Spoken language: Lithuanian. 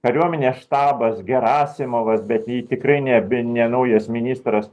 kariuomenės štabas gerasimovas bet tikrai nebe ne naujas ministras